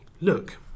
look